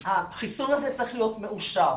החיסון הזה צריך להיות מאושר,